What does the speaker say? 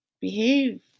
behave